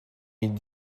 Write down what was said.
mid